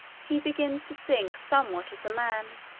he begins to sink somewhat as a man.